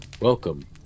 Welcome